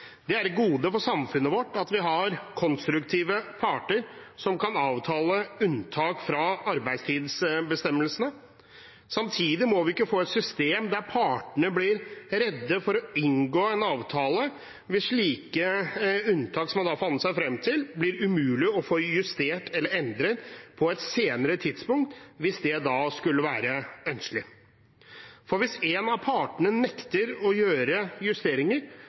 Det er et gode for samfunnet vårt at vi har konstruktive parter som kan avtale unntak fra arbeidstidsbestemmelsene. Samtidig må vi ikke få et system der partene blir redde for å inngå en avtale hvis slike unntak, som man har forhandlet seg frem til, blir umulige å få justert eller endret på et senere tidspunkt hvis det skulle være ønskelig. For hvis en av partene nekter å gjøre justeringer